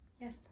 Yes